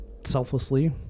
selflessly